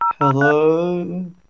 hello